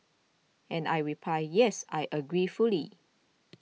and I reply yes I agree fully